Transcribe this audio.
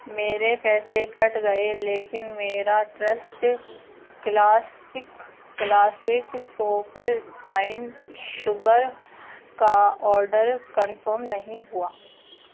میرے پیسے کٹ گیے لیکن میرا trust classic classic super fine sugar کا آرڈر کنفرم نہیں ہوا